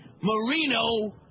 Marino